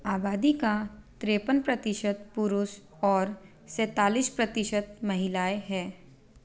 आबादी का तिरेपन प्रतिशत पुरुष और सेंतालिस प्रतिशत महिलाएँ हैं